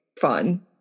fun